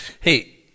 Hey